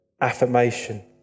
affirmation